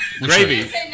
Gravy